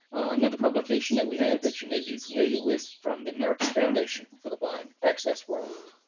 another publication that we have that you may be familiar with from the american foundation for the blind access world.